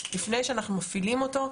לפני שאנחנו מפעילים אותו,